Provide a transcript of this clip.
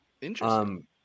Interesting